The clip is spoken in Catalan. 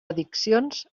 addiccions